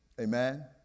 Amen